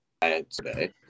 today